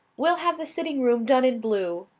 we'll have the sitting-room done in blue.